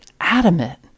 adamant